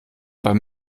beim